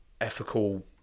ethical